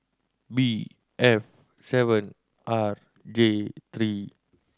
B F seven R J three